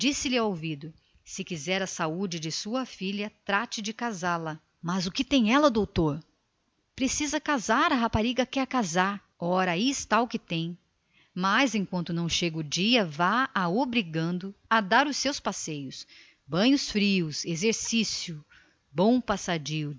e ao despedir-se de manuel segredou-lhe sorrindo se quiser dar saúde à sua filha trate de casá la mas o que tem ela doutor ora o que tem tem vinte anos está na idade de fazer o ninho mas enquanto não chega o casamento ela que vá dando os seus passeios a pé banhos frios exercícios bom passadio